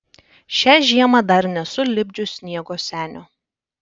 šią žiemą dar nesu lipdžius sniego senio